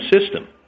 system